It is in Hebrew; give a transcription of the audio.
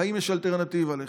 והאם יש אלטרנטיבה לכך?